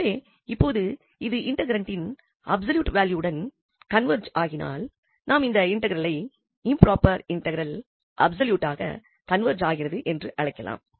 எனவே இப்பொழுது இது இன்டெக்ரண்டின் அப்சொல்யூட் வேல்யூ உடன் கன்வெர்ஜ் ஆனால் நாம் இந்த இன்டெக்ரலை இம்ப்ராப்பர் இன்டெக்ரல் அப்சொல்யூட்டாக கன்வெர்ஜ் ஆகிறது என்று அழைக்கலாம்